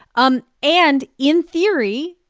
um and in theory,